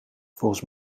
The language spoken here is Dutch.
volgens